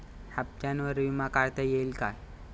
हप्त्यांवर विमा काढता येईल का?